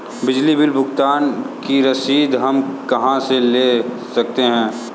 बिजली बिल भुगतान की रसीद हम कहां से ले सकते हैं?